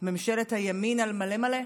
ממשלת הימין על מלא מלא,